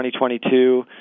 2022